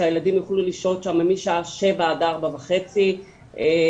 שהילדים יוכלו לשהות שם משעה שבע עד ארבע וחצי וההורים